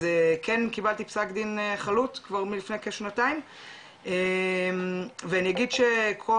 אז כן קיבלתי פסק דין חלוט כבר מלפני כשנתיים ואני אגיד שכל